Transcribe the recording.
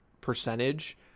percentage